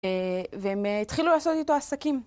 והם התחילו לעשות איתו עסקים.